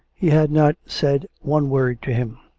he hrd not said one word to him.